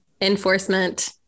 enforcement